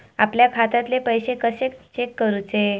आपल्या खात्यातले पैसे कशे चेक करुचे?